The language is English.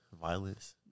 Violence